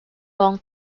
long